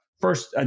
first